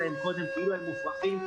שנאמר לנו מה גובה ההפחתה שצפויה לנו.